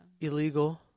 Illegal